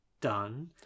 done